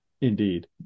Indeed